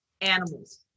Animals